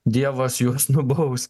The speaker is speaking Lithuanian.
dievas juos nubaus